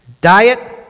Diet